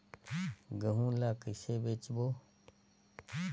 गहूं ला कइसे बेचबो?